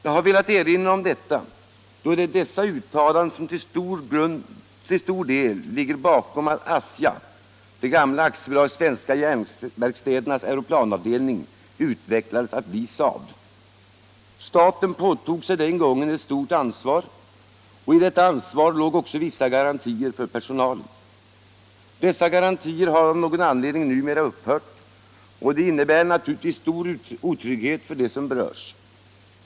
Jag har velat erinra om detta, då det är dessa uttalanden som till stor del ligger bakom att ASJA — det dåvarande AB Svenska Järnverksverkstädernas Aeroplanavdelning — utvecklades till att bli SAAB. Staten påtog sig den gången ett stort ansvar, och i detta ansvar låg också vissa garantier för personalen. Dessa garantier har av någon anledning numera upphört, och det innebär naturligtvis stor otrygghet för dem som berörs.